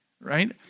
Right